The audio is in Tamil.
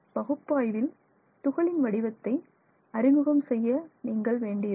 பகுப்பாய்வில் துகளின் வடிவத்தை அறிமுகம் செய்ய நீங்கள் வேண்டியிருக்கும்